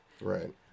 Right